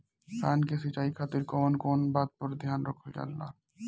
धान के सिंचाई खातिर कवन कवन बात पर ध्यान रखल जा ला?